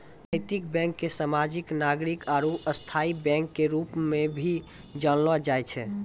नैतिक बैंक के सामाजिक नागरिक आरू स्थायी बैंक के रूप मे भी जानलो जाय छै